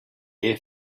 air